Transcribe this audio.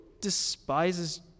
despises